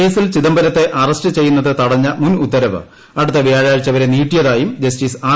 കേസിൽ ചിദംബരത്തെ അറസ്റ്റ് ചെയ്യുന്നത് തടഞ്ഞ മുൻ ഉത്തരവ് അടുത്ത വ്യാഴാഴ്ച വരെ നീട്ടിയതായും ജസ്റ്റിസ് ആർ